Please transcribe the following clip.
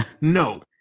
No